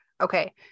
Okay